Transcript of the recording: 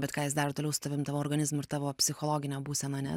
bet ką jis daro toliau su tavim tavo organizmu ir tavo psichologine būsena ane